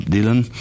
Dylan